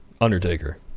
Undertaker